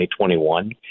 2021